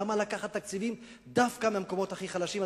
למה לקחת תקציבים דווקא מהמקומות הכי חלשים.